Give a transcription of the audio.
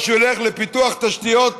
או שהוא ילך לפיתוח תשתיות,